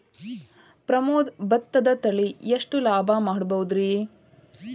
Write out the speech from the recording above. ಪ್ರಮೋದ ಭತ್ತದ ತಳಿ ಎಷ್ಟ ಲಾಭಾ ಮಾಡಬಹುದ್ರಿ?